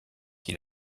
qui